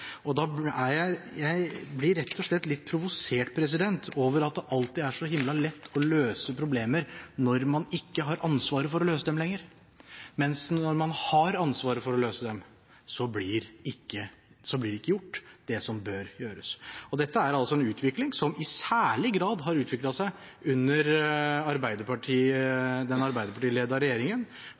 Jeg blir rett og slett litt provosert over at det alltid er så himla lett å løse problemer når man ikke har ansvaret for å løse dem lenger, mens når man har ansvaret for å løse dem, blir det som bør gjøres, ikke gjort. Og dette er en utvikling som i særlig grad har kommet under den arbeiderpartiledede regjeringen,